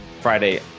Friday